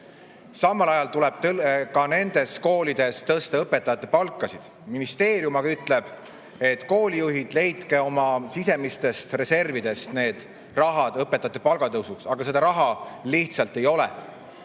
Samal ajal tuleb ka nendes koolides tõsta õpetajate palkasid. Ministeerium aga ütleb, et koolijuhid, leidke oma sisemistest reservidest raha õpetajate palga tõusuks. Aga seda raha lihtsalt ei ole.